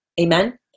Amen